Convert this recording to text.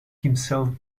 himself